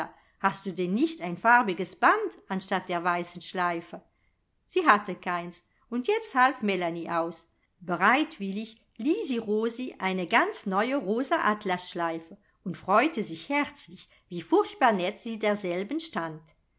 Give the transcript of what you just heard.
hast du denn nicht ein farbiges band anstatt der weißen schleife sie hatte keins und jetzt half melanie aus bereitwillig lieh sie rosi eine ganz neue rosa atlasschleife und freute sich herzlich wie furchtbar nett sie derselben stand